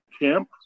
camp